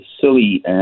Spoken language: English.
silly